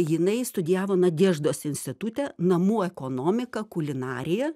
jinai studijavo nadeždos institute namų ekonomiką kulinariją